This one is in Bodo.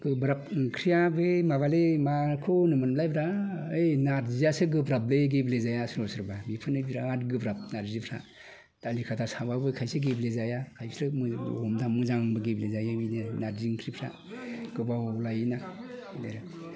गोब्राब ओंख्रिया बे माबालै माखौ होनोमोनलाय दा ओइ नार्जियासो गोब्राबलै गेब्लेजाया आसोलाव सोरबा बेफोरनो बिरात गोब्राब नार्जिफ्रा दालिखाता साबाबो खायसे गेब्ले जाया खायसे मोजां गेब्लेजायो नार्जि ओंख्रिफ्रा गोबाव लायोना दे